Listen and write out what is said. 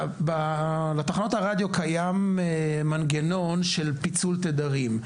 לתחנות הרדיו קיים מנגנון של פיצול תדרים.